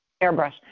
Airbrush